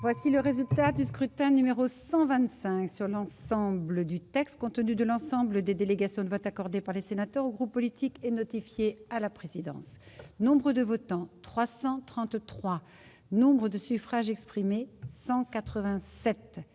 Voici le résultat du scrutin numéro 125 sur l'ensemble du texte compte de l'ensemble des délégations de vote accordé par les sénateurs groupes politiques et notifié à la présidence, nombre de votants 333 Nombre de suffrages exprimés 187